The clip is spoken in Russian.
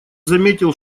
заметил